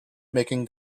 making